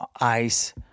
ice—